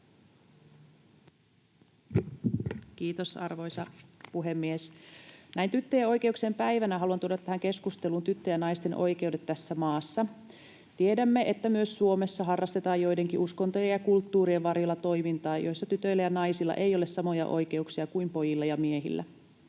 Kiitos, arvoisa puhemies! Näin tyttöjen oikeuksien päivänä haluan tuoda tähän keskusteluun tyttöjen ja naisten oikeudet tässä maassa. Tiedämme, että myös Suomessa harrastetaan joidenkin uskontojen ja kulttuurien varjolla toimintaa, jossa tytöillä ja naisilla ei ole samoja oikeuksia kuin pojilla ja miehillä.